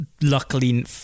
luckily